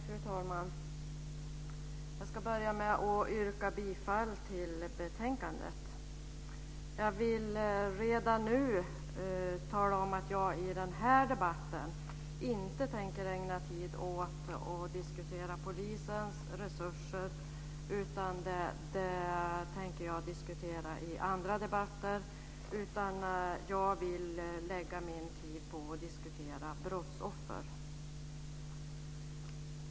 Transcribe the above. Fru talman! Jag ska börja med att yrka bifall till förslaget i betänkandet. Jag vill redan nu tala om att jag i den här debatten inte tänker ägna tid åt att diskutera polisens resurser. Det tänker jag diskutera i andra debatter. Jag vill lägga min tid på att diskutera brottsoffer.